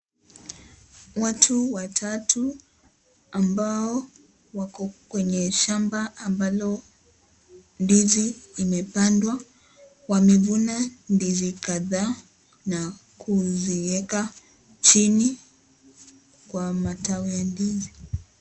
Watu watatu, ambao wako kwenye shamba ambalo ndizi imepandwa. Wamevuna ndizi kadhaa na kiziweka chini kwa matawi ya ndizi.